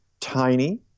tiny